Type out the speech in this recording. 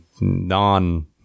Non